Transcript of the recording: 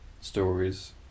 stories